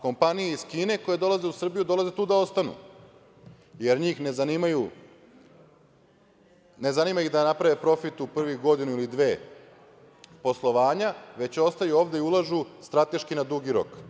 Kompaniji iz Kine koje dolaze u Srbiju, dolaze tu da ostanu, jer njih ne zanima ih da naprave profit u privih godinu ili dve poslovanja, već ostaju ovde i ulažu strateški na dugi rok.